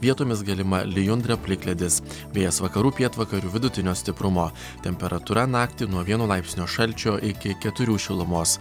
vietomis galima lijundra plikledis vėjas vakarų pietvakarių vidutinio stiprumo temperatūra naktį nuo vieno laipsnio šalčio iki keturių šilumos